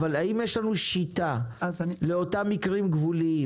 האם יש לנו שיטה לאותם מקרים גבוליים?